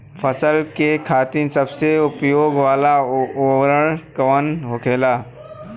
फसल के खातिन सबसे उपयोग वाला उर्वरक कवन होखेला?